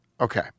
Okay